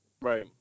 Right